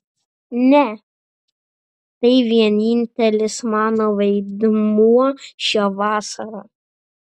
ne tai vienintelis mano vaidmuo šią vasarą